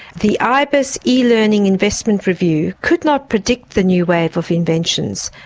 the ibis e-learning investment review could not predict the new wave of inventions,